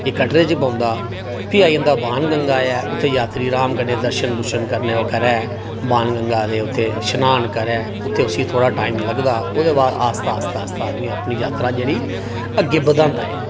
एह् कटरे च पौंदा फ्ही आई जंदा बाण गगां ऐ उत्थै यात्री आराम कन्नै दर्शन दुर्शन करै बाण गगां दे उत्थे शनान करे उत्थै उसी थोह्ड़ा टाइम लगदा ओह्दे बाद आस्ता आस्ता ओह् अपनी यात्रा जेहड़ी अग्गै बधांदा ऐ